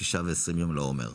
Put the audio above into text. שישה ועשרים יום לעומר.